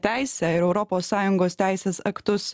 teisę ir europos sąjungos teisės aktus